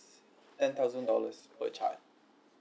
ten thousand dollars per child